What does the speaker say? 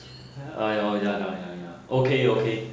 !aiyo! ya ya ya ya okay okay